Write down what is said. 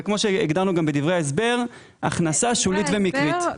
וכמו שהגדרנו גם בדברי ההסבר, הכנסה שולית ומקרית.